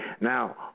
Now